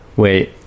Wait